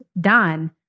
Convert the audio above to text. done